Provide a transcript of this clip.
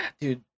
dude